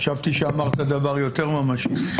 חשבתי שאמרת דבר יותר ממשי,